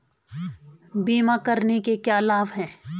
बीमा करने के क्या क्या लाभ हैं?